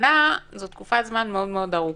שנה זו תקופת זמן מאוד מאוד ארוכה.